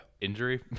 injury